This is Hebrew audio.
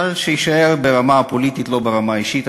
אבל שזה יישאר ברמה הפוליטית, לא ברמה האישית.